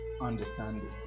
understanding